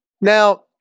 Now